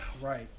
Right